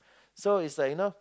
so it's like you know